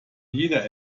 jeder